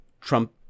Trump